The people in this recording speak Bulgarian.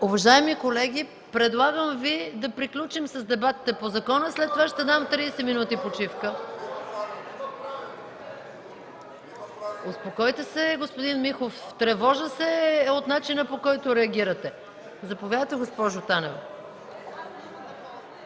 Уважаеми колеги, предлагам Ви да приключим с дебатите по закона, а след това ще дам 30 минути почивка. (Шум и реплики от ГЕРБ.) Успокойте се, господин Михов! Тревожа се от начина, по който реагирате. Заповядайте, госпожо Танева.